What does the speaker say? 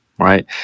right